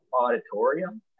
auditorium